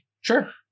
Sure